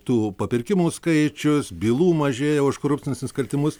tų papirkimų skaičius bylų mažėja už korupcinius nusikaltimus